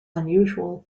unusual